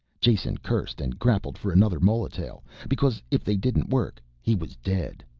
jason cursed and grappled for another molotail, because if they didn't work he was dead.